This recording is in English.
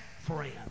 friend